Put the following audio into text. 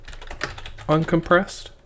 Uncompressed